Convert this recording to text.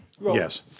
Yes